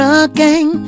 again